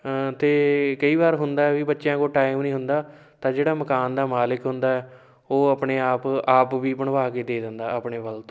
ਅਤੇ ਕਈ ਵਾਰ ਹੁੰਦਾ ਵੀ ਬੱਚਿਆਂ ਕੋਲ ਟਾਈਮ ਨਹੀਂ ਹੁੰਦਾ ਤਾਂ ਜਿਹੜਾ ਮਕਾਨ ਦਾ ਮਾਲਿਕ ਹੁੰਦਾ ਉਹ ਆਪਣੇ ਆਪ ਆਪ ਵੀ ਬਣਵਾ ਕੇ ਦੇ ਦਿੰਦਾ ਆਪਣੇ ਵੱਲ ਤੋਂ